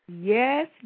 Yes